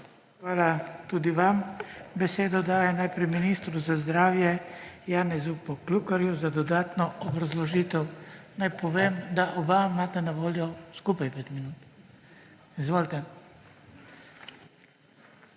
Hvala tudi vam. Besedo dajem najprej ministru za zdravje Janezu Poklukarju za dodatno obrazložitev. Naj povem, da oba imata na voljo skupaj 5 minut. Izvolite.